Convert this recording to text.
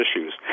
issues